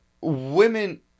women